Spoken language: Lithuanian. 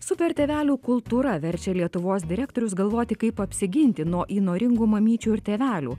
super tėvelių kultūra verčia lietuvos direktorius galvoti kaip apsiginti nuo įnoringų mamyčių ir tėvelių